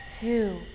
two